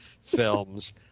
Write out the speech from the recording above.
films